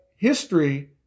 History